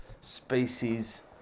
species